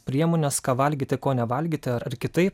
priemones ką valgyti ko nevalgyti ar kitaip